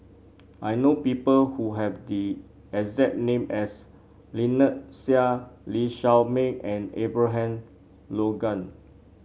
I know people who have the exact name as Lynnette Seah Lee Shao Meng and Abraham Logan